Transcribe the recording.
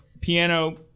piano